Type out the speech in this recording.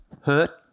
Hurt